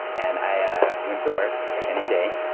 and i went to work, like any day,